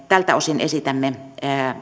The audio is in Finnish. tältä osin esitämme